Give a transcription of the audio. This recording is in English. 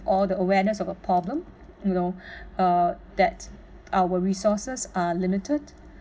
all the awareness of a problem you know uh that our resources are limited